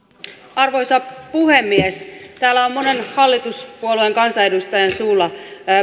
arvoisa puhemies täällä on monen hallituspuolueen kansanedustajan suulla